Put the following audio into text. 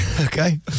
Okay